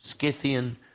Scythian